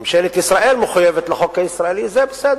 ממשלת ישראל מחויבת לחוק הישראלי, זה בסדר.